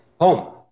Home